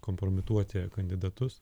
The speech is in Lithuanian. kompromituoti kandidatus